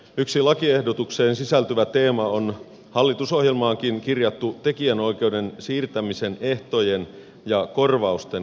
yksi lakiehdotukseen sisältyvä teema on hallitusohjelmaankin kirjattu tekijänoikeuden siirtämisen ehtojen ja korvausten kohtuullistaminen